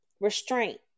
restraint